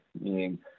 meaning